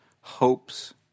hopes